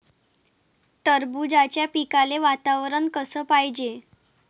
टरबूजाच्या पिकाले वातावरन कस पायजे?